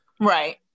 Right